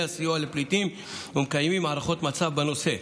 הסיוע לפליטים ומקיימים הערכות מצב בנושא.